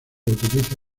utiliza